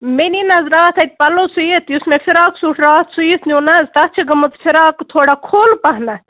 مےٚ نی نہ حظ راتھ اَتہِ پَلَو سُوِتھ یُس مےٚ فراق سوٗٹھ راتھ سُوِٹھ نیوٗ نہ حظ تَتھ چھِ گوٚمُت فراک تھوڑا کھوٚل پہنَتھ